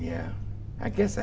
yeah i guess